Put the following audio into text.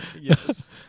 Yes